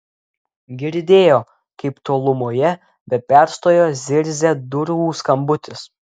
girdėjo kaip tolumoje be perstojo zirzia durų skambutis